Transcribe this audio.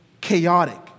chaotic